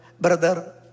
brother